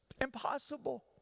Impossible